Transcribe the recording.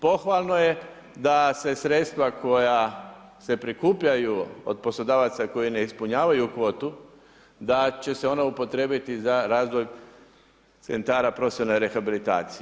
Pohvalno je da se sredstva koja se prikupljaju od poslodavaca koji ne ispunjavaju kvotu da će se ona upotrijebiti za razvoj centara profesionalne rehabilitacije.